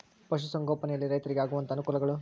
ಪಶುಸಂಗೋಪನೆಯಲ್ಲಿ ರೈತರಿಗೆ ಆಗುವಂತಹ ಅನುಕೂಲಗಳು?